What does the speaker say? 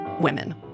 women